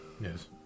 Yes